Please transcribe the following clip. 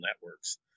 networks